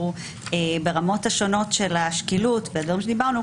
ברמות השונות של השקילות והדברים שדיברנו,